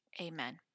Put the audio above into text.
amen